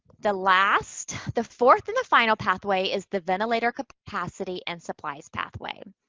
the last, the fourth and the final pathway is the ventilator capacity and supplies pathway.